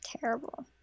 Terrible